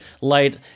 light